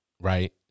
right